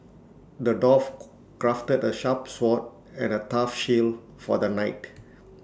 the dwarf crafted A sharp sword and A tough shield for the knight